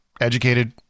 educated